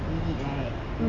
mmhmm